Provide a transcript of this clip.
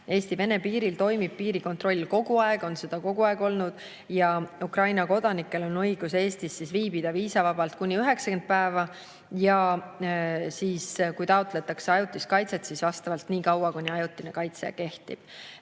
Eesti-Vene piiril toimub piirikontroll kogu aeg ja see on kogu aeg olnud. Ukraina kodanikel on õigus Eestis viibida viisavabalt kuni 90 päeva ja kui taotletakse ajutist kaitset, siis nii kaua, kuni ajutine kaitse kehtib.